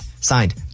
Signed